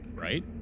right